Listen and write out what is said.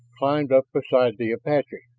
climbed up beside the apache.